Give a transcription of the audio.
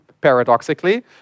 paradoxically